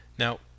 Now